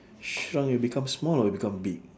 shrunk you become small or you become big